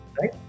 right